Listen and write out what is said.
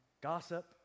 gossip